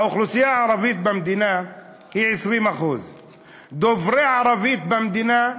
האוכלוסייה הערבית במדינה היא 20%. דוברי הערבית במדינה,